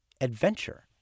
adventure